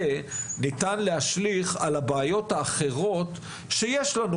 ניתן להשליך על הבעיות האחרות שיש לנו,